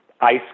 Ice